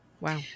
Wow